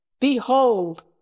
Behold